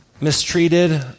mistreated